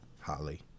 Holly